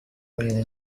really